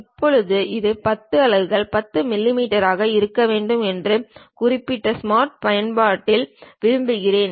இப்போது இது 10 அலகுகள் 10 மில்லிமீட்டராக இருக்க வேண்டும் என்று குறிப்பிட ஸ்மார்ட் பரிமாணத்தை விரும்புகிறேன்